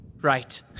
Right